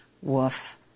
Woof